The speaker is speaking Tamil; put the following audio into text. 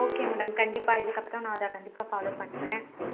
ஓகே மேடம் கண்டிப்பாக இதற்கு அப்புறம் நான் அதை கண்டிப்பாக ஃபாலோ பண்ணுறேன்